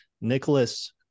Nicholas